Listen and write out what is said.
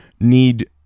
need